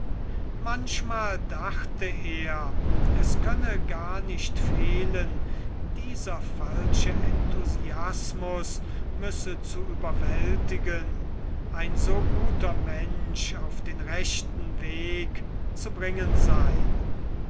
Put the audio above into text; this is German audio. manchmal dachte er es könne gar nicht fehlen dieser falsche enthusiasmus müsse zu überwältigen und ein so guter mensch auf den rechten weg zu bringen sein